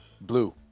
Blue